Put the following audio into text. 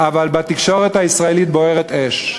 אבל בתקשורת הישראלית בוערת אש,